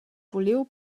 vuliu